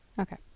Okay